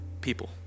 People